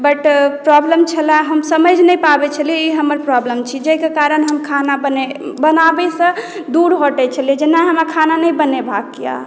but problem छलए हम समझ नहि पाबै छलियै ई हमर प्रॉब्लम छी जाहिके कारण हम खाना बने बनाबैसँ दूर हटै छलियै जेना हमरा खाना नहि बनैबाक यऽ